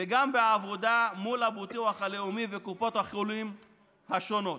עבודה מול הביטוח הלאומי וקופות החולים השונות.